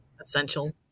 essential